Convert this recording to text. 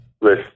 list